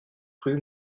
rue